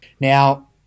Now